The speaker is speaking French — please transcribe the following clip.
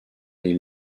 des